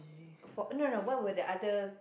for no no no what would the other